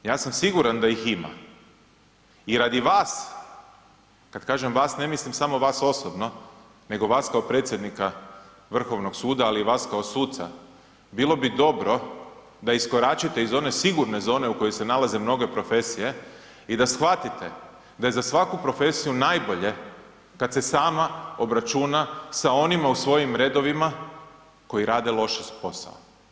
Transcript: Ja sam siguran da ih ima i radi vas, kad kažem vas, ne mislim samo vas osobno nego vas kao predsjednika Vrhovnog suda, ali i vas kao suca, bilo bi dobro da iskoračite iz one sigurne zone u kojoj se nalaze mnoge profesije i da shvatite da je za svaki profesiju najbolje kad se sama obračuna sa onima u svojim redovima koji rade loše posao.